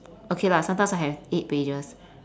okay lah sometimes I have eight pages